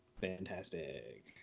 fantastic